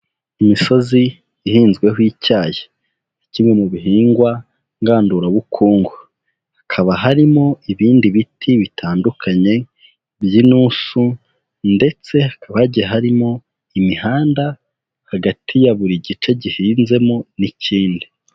Imisozi ihinzweho icyayi, ni kimwe mu bihingwa ngandurabukungu, hakaba harimo ibindi biti bitandukanye by'intusu ndetse hakaba hagiye harimo imihanda hagati ya buri gice gihinzemo n'ikindi.